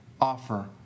offer